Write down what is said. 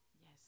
Yes